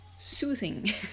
soothing